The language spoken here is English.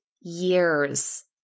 years